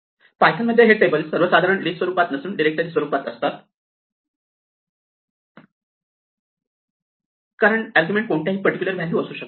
पायथनमध्ये हे टेबल सर्वसाधारणपणे लिस्ट स्वरूपात नसून डिरेक्टरी स्वरूपात असतात कारण आर्ग्युमेंट कोणत्याही पर्टिक्युलर व्हॅल्यू असू शकतात